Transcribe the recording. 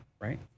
right